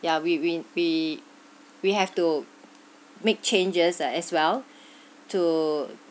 ya we we we we have to make changes ah as well to